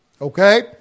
okay